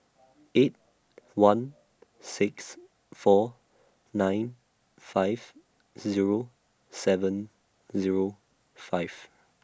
eight one six four nine five Zero seven Zero five